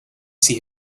see